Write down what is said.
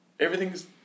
Everything's